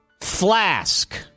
flask